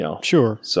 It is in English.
Sure